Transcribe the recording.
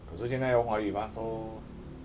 可是现在要用华语吗 so